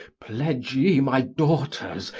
pledge ye my daughters,